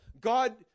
God